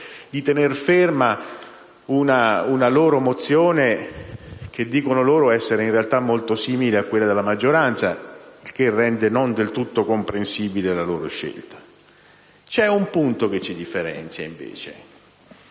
di mantenere una loro mozione, che loro dicono essere in realtà molto simile a quella della maggioranza, il che rende non del tutto comprensibile la loro scelta. C'è un punto, invece, che ci differenzia, che